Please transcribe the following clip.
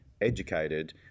educated